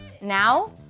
Now